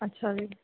ਅੱਛਾ ਜੀ